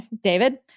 David